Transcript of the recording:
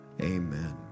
amen